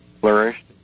flourished